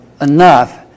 enough